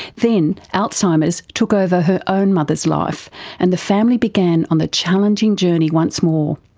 then alzheimer's took over her own mother's life and the family began on the challenging journey once more.